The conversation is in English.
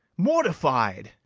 mortified!